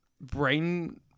brain